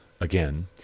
again